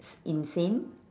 insane